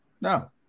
No